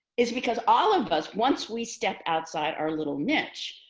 is because all of us, once we step outside our little niche,